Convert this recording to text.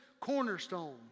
cornerstone